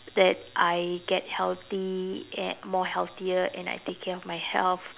that I get healthy and more healthier and I take care of my health